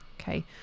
Okay